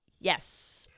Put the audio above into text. Yes